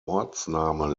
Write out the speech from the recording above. ortsname